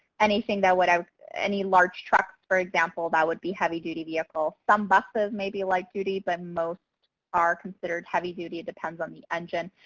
anything that, um any large truck for example that would be heavy duty vehicle. some buses may be light duty, but most are considered heavy duty. it depends on the engine.